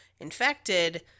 infected